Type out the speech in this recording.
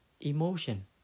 emotion